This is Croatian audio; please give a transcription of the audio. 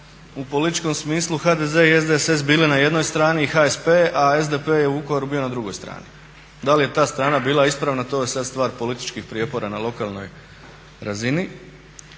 u političkom smislu HDZ i SDSS bili na jednoj strani i HSP, a SDP je u Vukovaru bio na drugoj strani. Da li je ta strana bila ispravna to je sad stvar političkih prijepora na lokalnoj razini.